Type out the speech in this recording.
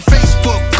Facebook